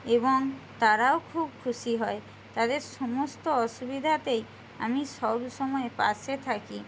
এবং তারাও খুব খুশি হয় তাদের সমস্ত অসুবিধাতেই আমি সবসময় পাশে থাকি